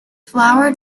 flower